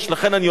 לכן אני אומר,